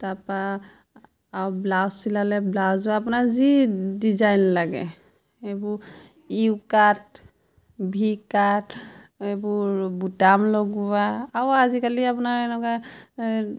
তাপা আও ব্লাউজ চিলালে ব্লাউজো আপোনাৰ যি ডিজাইন লাগে এইবোৰ ইউকাট ভিকাট এইবোৰ বুটাম লগোৱা আও আজিকালি আপোনাৰ এনেকুৱা